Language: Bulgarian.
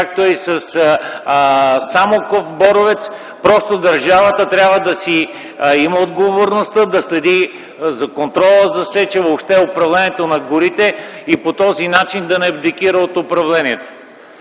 както е и със Самоков – Боровец, просто държавата трябва да си има отговорността да следи за контрола, за сечта – въобще управлението на горите, и по този начин да не абдикира от управлението.